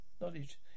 knowledge